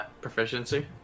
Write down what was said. proficiency